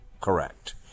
Correct